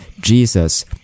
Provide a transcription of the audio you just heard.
Jesus